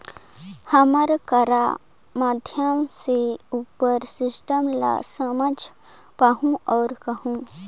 हम ककर माध्यम से उपर सिस्टम ला समझ पाहुं और करहूं?